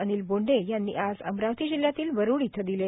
अनिल बोंडे यांनी आज अमरावती जिल्ह्यातील वरुड येथे दिले